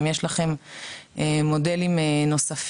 אם יש לכם מודלים נוספים,